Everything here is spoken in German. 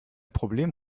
problem